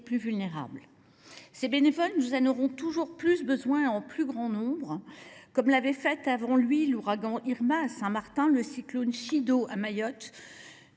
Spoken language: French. plus vulnérables. Ces bénévoles, nous en aurons toujours plus besoin et en plus grand nombre. Comme l’avait fait peu de temps auparavant l’ouragan Irma à Saint Martin, le cyclone Chido à Mayotte